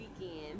weekend